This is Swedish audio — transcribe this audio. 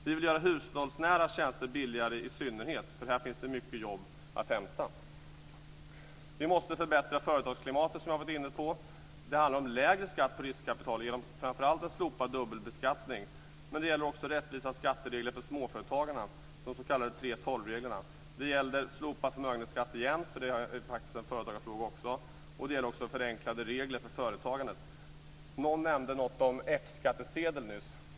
Vi vill göra hushållsnära tjänster billigare i synnerhet, eftersom det finns många jobb att hämta inom det området. Vi måste förbättra företagsklimatet, som jag har varit inne på. Det handlar om lägre skatt på riskkapital framför allt genom att man slopar dubbelbeskattningen, men det gäller också rättvisa skatteregler för småföretagarna, de s.k. 3:12-reglerna. Det gäller återigen slopad förmögenhetsskatt, eftersom det faktiskt också är en företagarfråga, och det gäller förenklade regler för företagandet. Någon nämnde något om F-skattsedel nyss.